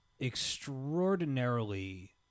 extraordinarily